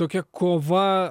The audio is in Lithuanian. tokia kova